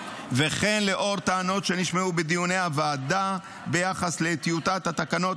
ולנוכח טענות שנשמעו בדיוני הוועדה ביחס לטיוטת התקנות,